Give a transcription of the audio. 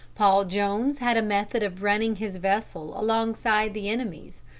paul jones had a method of running his vessel alongside the enemy's,